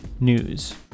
news